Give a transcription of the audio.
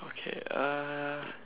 okay uh